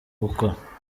gukora